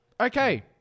Okay